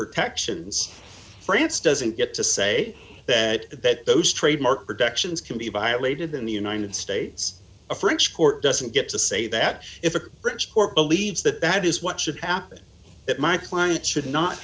protections france doesn't get to say that that those trademark protections can be violated in the united states a french court doesn't get to say that if a british court believes that that is what should happen that my client should not